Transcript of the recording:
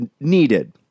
needed